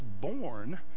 born